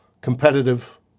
competitive